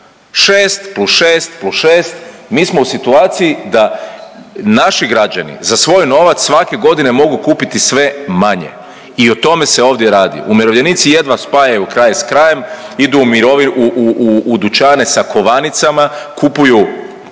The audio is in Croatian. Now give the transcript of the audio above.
plus šest, mi smo u situaciji da naši građani za svoj novac svake godine mogu kupiti sve manje i o tome se ovdje radi. Umirovljenici jedva spajaju kraj s krajem, idu u dućane sa kovanicama, kupuju